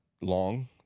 long